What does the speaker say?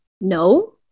No